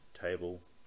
table